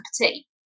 tea